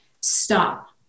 Stop